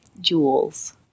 jewels